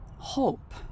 Hope